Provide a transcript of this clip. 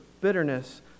bitterness